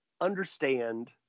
understand